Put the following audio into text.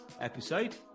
episode